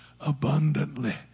abundantly